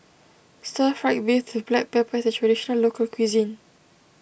Stir Fried Beef with Black Pepper is a Traditional Local Cuisine